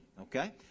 okay